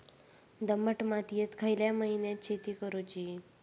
दमट मातयेत खयल्या महिन्यात शेती करुची?